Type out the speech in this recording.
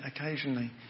occasionally